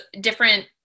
different